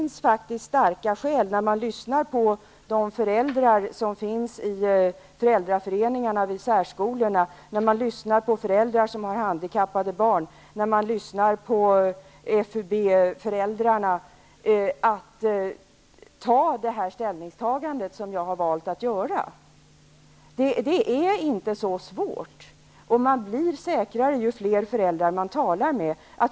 När man lyssnar på de föräldrar som finns i föräldraföreningar vid särskolor, på de föräldrar som har handikappade barn och på FUB-föräldrar, finns det faktiskt starka skäl till att göra det här ställningstagandet som jag har valt att göra. Det är inte svårt, och man blir säkrare ju fler föräldrar som man talar med.